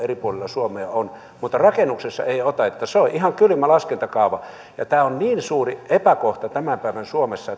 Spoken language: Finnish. on mutta rakennusta ei oteta eli se on ihan kylmä laskentakaava tämä kiinteistöveron perusteiden laskeminen on niin suuri epäkohta tämän päivän suomessa